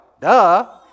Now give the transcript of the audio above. duh